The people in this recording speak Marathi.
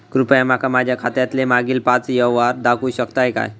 कृपया माका माझ्या खात्यातलो मागील पाच यव्हहार दाखवु शकतय काय?